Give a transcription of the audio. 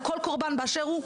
על כל קורבן באשר הוא.